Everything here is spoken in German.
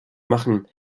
machen